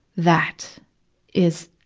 that is,